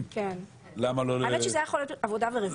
האמת היא שזה היה יכול להיות עבודה ורווחה.